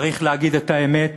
צריך להגיד את האמת: